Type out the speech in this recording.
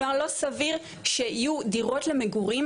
כלומר לא סביר שיהיו דירות למגורים,